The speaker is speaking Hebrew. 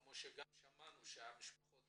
כפי שהמשפחות